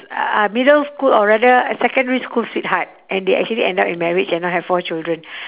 uh uh middle school or rather secondary school sweetheart and they actually ended up in marriage and now have four children